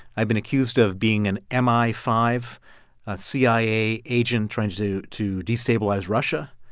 i've been accused of being an m i five cia agent trying to do to destabilize russia.